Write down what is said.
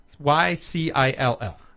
Y-C-I-L-L